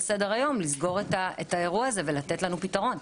סדר-היום לסגור את האירוע הזה ולתת לנו פתרון.